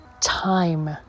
time